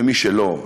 ומי שלא,